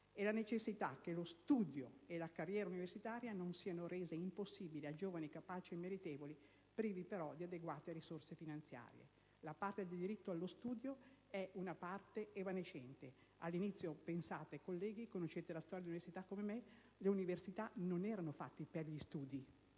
e la necessità che lo studio e la carriera universitaria non siano rese impossibili a giovani capaci e meritevoli, privi però di adeguate risorse finanziarie". La parte del diritto allo studio è evanescente. All'inizio - pensate, colleghi, visto che conoscete la storia dell'università come me - le università non erano fatte per gli studi